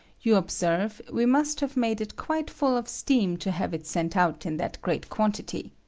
you observe, we must have made it quite full of steam to have it sent out in that great quantity.